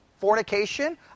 Fornication